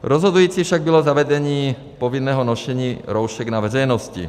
Rozhodující však bylo zavedení povinného nošení roušek na veřejnosti.